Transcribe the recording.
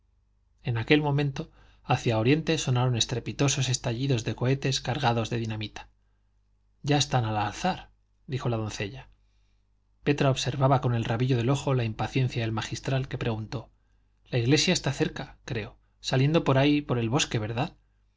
en aquel momento hacia oriente sonaron estrepitosos estallidos de cohetes cargados de dinamita ya están al alzar dijo la doncella petra observaba con el rabillo del ojo la impaciencia del magistral que preguntó la iglesia está cerca creo saliendo por ahí por el bosque verdad